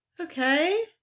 Okay